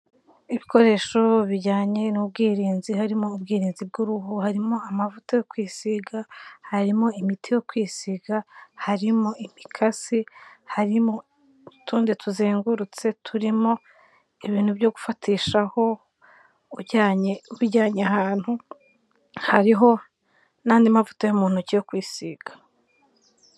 Ibikoresho bijyanye n'ubwirinzi harimo ubwirinzi bw'uruhu, harimo amavuta yo kwisiga, harimo imiti yo kwisiga, harimo imikasi, harimo utundi tuzengurutse turimo ibintu byo gufatishaho ujyanye ubijyanye ahantu, hariho n'andi mavuta yo mu ntoki yo kwisiga.